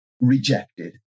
rejected